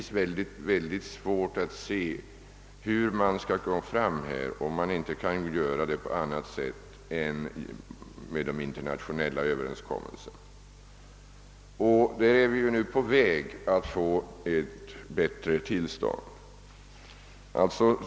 Det är svårt att se hur man på detta område skall kunna göra någonting annat än söka sig fram via internationella överenskommelser, och i det avseendet håller vi nu på att få ett bättre tillstånd.